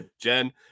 Jen